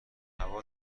هوا